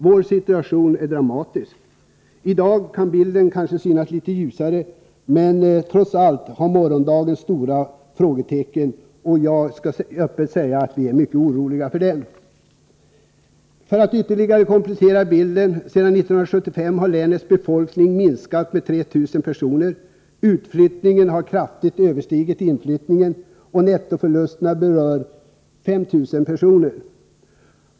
Vår situation är dramatisk. I dag kan bilden kanske synas litet ljusare, men trots allt måste vi sätta stora frågetecken inför morgondagen, och jag skall öppet säga att vi är mycket oroliga för det. För att ytterligare komplettera bilden kan jag säga att länets befolkning sedan 1975 har minskat med 3 000 personer. Utflyttningen har kraftigt öÖverstigit inflyttningen. Nettoförlusterna berör drygt 5 000 personer.